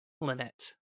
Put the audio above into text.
Limit